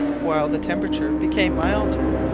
while the temperature became milder,